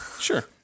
Sure